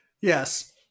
Yes